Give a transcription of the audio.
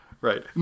right